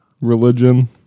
Religion